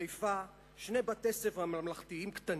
שני בתי-ספר ממלכתיים קטנים,